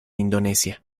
indonesia